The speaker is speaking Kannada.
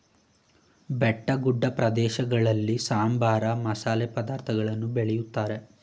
ಬೆಟ್ಟಗುಡ್ಡ ಪ್ರದೇಶಗಳಲ್ಲಿ ಸಾಂಬಾರ, ಮಸಾಲೆ ಪದಾರ್ಥಗಳನ್ನು ಬೆಳಿತಾರೆ